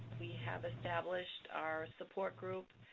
we have established our support group.